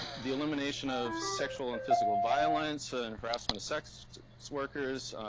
the illumination of sexual and physical violence ah and harassment of sex workers,